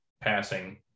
passing